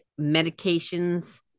medications